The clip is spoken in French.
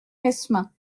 mesmin